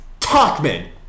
Talkman